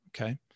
Okay